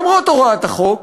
למרות הוראת החוק,